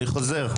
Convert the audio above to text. אני חוזר,